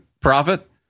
profit